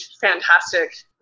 fantastic